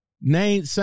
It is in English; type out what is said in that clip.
name